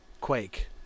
Quake